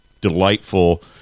delightful